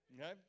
Okay